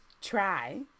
try